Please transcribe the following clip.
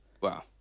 Wow